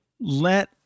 let